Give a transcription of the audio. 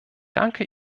danke